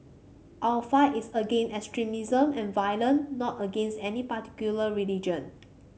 our fight is against extremism and violence not against any particular religion